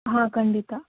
ಹಾನ್ ಖಂಡಿತ